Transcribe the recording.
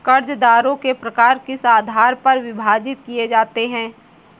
कर्जदारों के प्रकार किस आधार पर विभाजित किए जाते हैं?